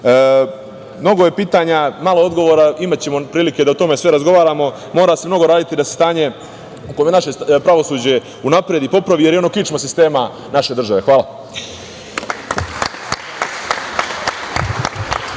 je pitanja, a malo odgovora, i imaćemo prilike da o svemu tome razgovaramo. Mora se mnogo raditi da se stanje oko našeg pravosuđa unapredi, popravi, jer je ono kičma sistema naše države. Hvala.